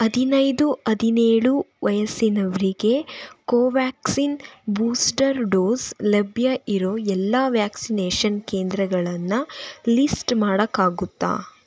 ಹದಿನೈದು ಹದಿನೇಳು ವಯಸ್ಸಿನವರಿಗೆ ಕೋವ್ಯಾಕ್ಸಿನ್ ಬೂಸ್ಟರ್ ಡೋಸ್ ಲಭ್ಯ ಇರೋ ಎಲ್ಲ ವ್ಯಾಕ್ಸಿನೇಷನ್ ಕೇಂದ್ರಗಳನ್ನು ಲಿಸ್ಟ್ ಮಾಡೋಕ್ಕಾಗುತ್ತಾ